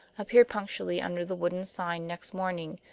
appeared punctually under the wooden sign next morning,